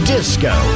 Disco